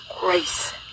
grace